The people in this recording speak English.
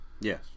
Yes